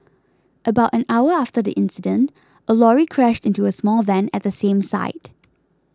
about an hour after the incident a lorry crashed into a small van at the same site